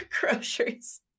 groceries